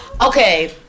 okay